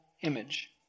image